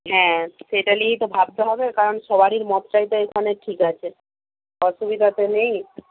হ্যাঁ সেটা নিয়েই তো ভাবতে হবে কারণ সবারই মত চাইতে এখানে ঠিক আছে অসুবিধা তো নেই